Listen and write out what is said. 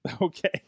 okay